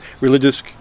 religious